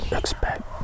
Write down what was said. expect